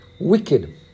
wicked